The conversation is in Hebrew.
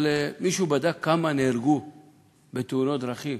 אבל מישהו בדק כמה נהרגו בתאונות דרכים?